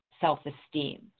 self-esteem